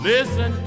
Listen